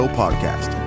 podcast